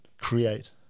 create